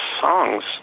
songs